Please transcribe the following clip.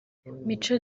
mico